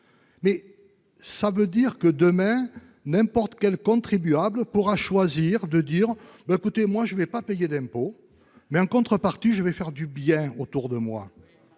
Mais ça veut dire que demain n'importe quel contribuable pourra choisir de dire bah écoutez, moi je vais pas payer d'impôts, mais en contrepartie, je vais faire du bien autour de moi et